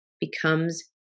becomes